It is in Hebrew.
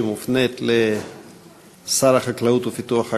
שמופנית לשר החקלאות ופיתוח הכפר,